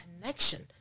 connection